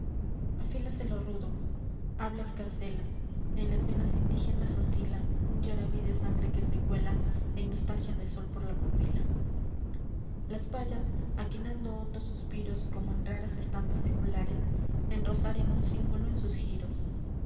afílase lo rudo habla escarcela en las venas indígenas rutila un yaraví de sangre que se cuela en nostalgias de sol por la pupila las pallas aquenando hondos suspiros como en raras estampas seculares enrosarían un símbolo en sus giros